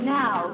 now